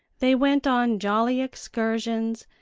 they went on jolly excursions,